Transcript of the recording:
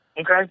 Okay